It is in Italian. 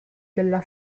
della